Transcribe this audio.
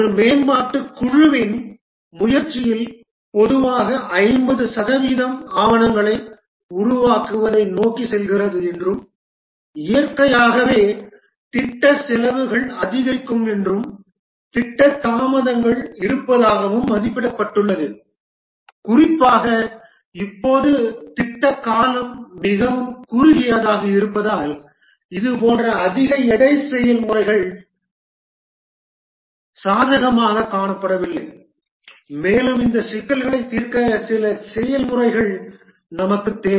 ஒரு மேம்பாட்டுக் குழுவின் முயற்சியில் பொதுவாக 50 சதவிகிதம் ஆவணங்களை உருவாக்குவதை நோக்கி செல்கிறது என்றும் இயற்கையாகவே திட்ட செலவுகள் அதிகரிக்கும் என்றும் திட்ட தாமதங்கள் இருப்பதாகவும் மதிப்பிடப்பட்டுள்ளது குறிப்பாக இப்போது திட்ட காலம் மிகவும் குறுகியதாக இருப்பதால் இதுபோன்ற அதிக எடை செயல்முறைகள் சாதகமாகக் காணப்படவில்லை மேலும் இந்த சிக்கல்களைத் தீர்க்க சில செயல்முறைகள் நமக்குத் தேவை